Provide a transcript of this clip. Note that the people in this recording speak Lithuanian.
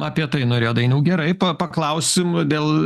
apie tai norėjot dainiau gerai pa paklausim dėl